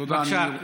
בבקשה,